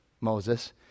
Moses